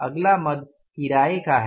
अगला मद किराए का है